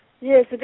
Yes